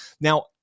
Now